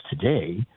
today